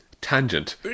tangent